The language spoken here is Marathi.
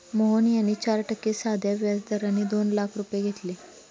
मोहन यांनी चार टक्के साध्या व्याज दराने दोन लाख रुपये घेतले